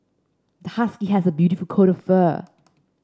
the husky has a beautiful coat of fur